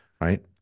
right